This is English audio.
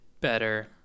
better